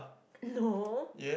no